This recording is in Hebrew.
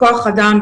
כוח האדם,